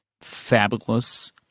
fabulous